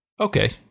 Okay